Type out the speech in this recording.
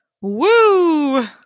Woo